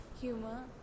humor